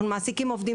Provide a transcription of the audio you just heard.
אנחנו מעסיקים עובדים